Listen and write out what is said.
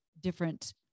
different